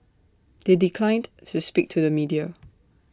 they declined to speak to the media